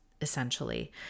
essentially